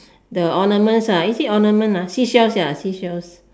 the ornaments ah is it ornaments ah seashells ya seashells